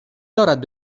دارد